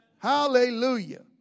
Hallelujah